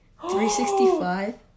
365